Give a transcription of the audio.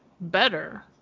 better